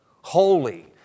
holy